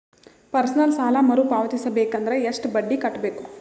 Personal ಸಾಲ ಮರು ಪಾವತಿಸಬೇಕಂದರ ಎಷ್ಟ ಬಡ್ಡಿ ಕಟ್ಟಬೇಕು?